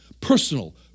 personal